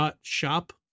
Shop